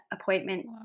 appointment